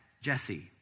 Jesse